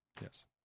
Yes